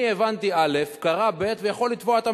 אני הבנתי א', קרה ב', והוא יכול לתבוע את המדינה.